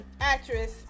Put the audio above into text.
actress